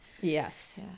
Yes